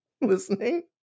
listening